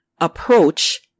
approach